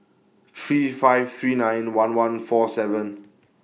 three five three nine one one four seven